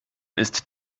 ist